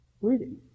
reading